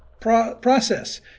process